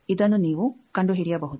ಇದನ್ನು ನೀವು ಕಂಡುಹಿಡಿಯಬಹುದು